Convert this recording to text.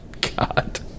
God